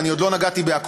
ואני עוד לא נגעתי בכול,